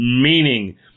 meaning